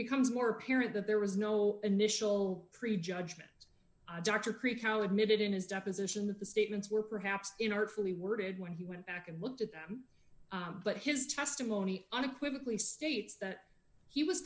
becomes more apparent that there was no initial prejudgment dr creek how admitted in his deposition that the statements were perhaps in artfully worded when he went back and looked at them but his testimony unequivocally states that he was